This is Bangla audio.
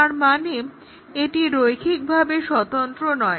তারমানে এটি রৈখিকভাবে স্বতন্ত্র নয়